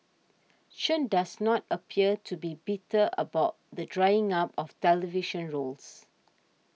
Chen does not appear to be bitter about the drying up of television roles